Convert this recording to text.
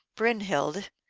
brynhild,